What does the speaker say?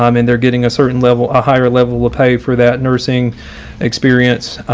um and they're getting a certain level a higher level of pay for that nursing experience.